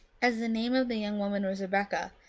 as the name of the young woman was rebekah,